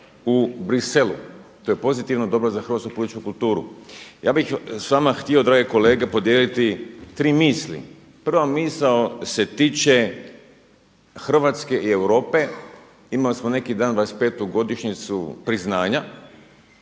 u Bruxellesu. To je pozitivno dobro za hrvatsku političku kulturu. Ja bih s vama htio drage kolege podijeliti tri misli. Prva misao se tiče Hrvatske i Europe, imali smo neki dan 25. godišnjicu priznanja,